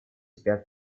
спят